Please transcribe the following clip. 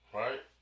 right